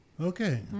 Okay